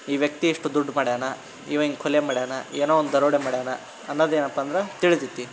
ಈ ವ್ಯಕ್ತಿ ಇಷ್ಟು ದುಡ್ಡು ಮಾಡಿದಾನೆ ಇವ ಹೀಗ್ ಕೊಲೆ ಮಾಡಿದಾನೆ ಏನೋ ಒಂದು ದರೋಡೆ ಮಾಡಿದಾನೆ ಅನ್ನೋದು ಏನಪ್ಪ ಅಂದ್ರೆ ತಿಳೀತದೆ